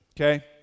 okay